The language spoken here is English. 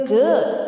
good